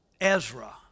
Ezra